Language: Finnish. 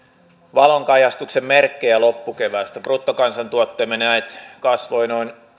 valonkajastuksen merkkejä loppukeväästä bruttokansantuotteemme näet kasvoi noin